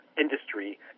industry